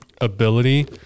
ability